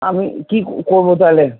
আমি কি করবো তাহলে